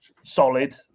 solid